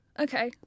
okay